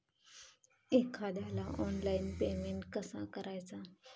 एखाद्याला online payment कसा करायचा?